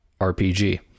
RPG